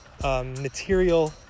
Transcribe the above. Material